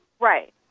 Right